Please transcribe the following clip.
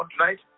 tonight